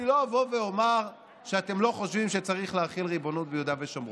אני לא אבוא ואומר שאתם לא חושבים שצריך להחיל ריבונות ביהודה ושומרון.